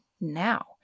now